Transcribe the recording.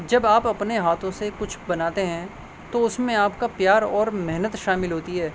جب آپ اپنے ہاتھوں سے کچھ بناتے ہیں تو اس میں آپ کا پیار اور محنت شامل ہوتی ہے